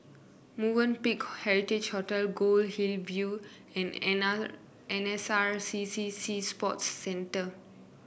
Movenpick Heritage Hotel Goldhill View